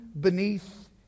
beneath